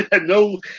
no